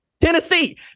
Tennessee